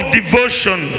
devotion